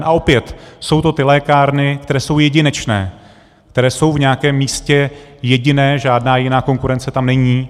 A opět, jsou to ty lékárny, které jsou jedinečné, které jsou v nějakém místě jediné, žádná konkurence tam není.